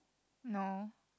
no